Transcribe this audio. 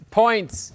points